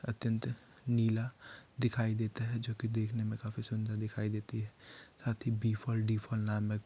अत्यंत नीला दिखाई देता है जो कि देखने में काफ़ी सुन्दर दिखाई देती है साथ ही बी फौल डी फौल नाम में एक